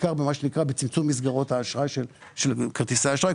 בעיקר במה שנקרא בצמצום מסגרות האשראי של כרטיסי האשראי.